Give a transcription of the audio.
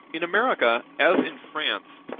in america, as in france,